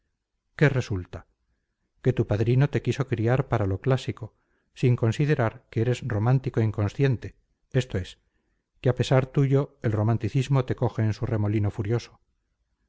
qué resulta que tu padrino te quiso criar para lo clásico sin considerar que eres romántico inconsciente esto es que a pesar tuyo el romanticismo te coge en su remolino furioso